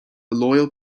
loyal